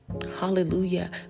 hallelujah